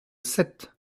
sept